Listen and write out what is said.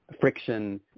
friction